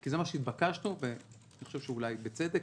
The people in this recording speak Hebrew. זה מה שהתבקשנו ואני חושב שאולי בצדק